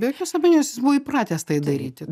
be jokios abejonės jis buvo įpratęs tai daryti